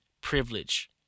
privilege